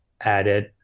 added